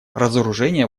разоружение